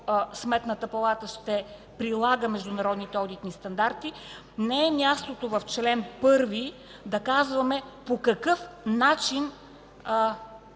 Сметната палата ще прилага международните одитни стандарти. Не е мястото в чл. 1 да казваме по какъв начин